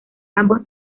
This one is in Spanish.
ambos